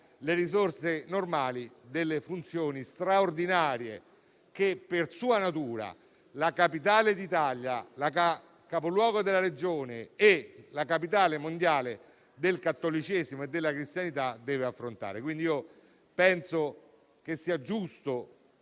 dalle risorse normali legate alle funzioni straordinarie che per sua natura la capitale d'Italia, capoluogo della Regione e capitale mondiale del cattolicesimo e della cristianità deve affrontare. Dichiaro quindi, anche a nome